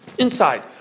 Inside